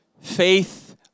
faith